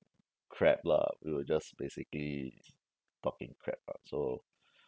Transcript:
crap lah we were just basically talking crap lah so